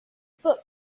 book